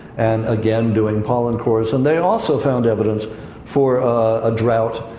and, again, doing pollen cores. and they also found evidence for a drought,